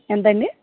ఎంతండి